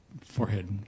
forehead